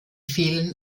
fehlen